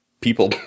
people